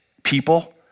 people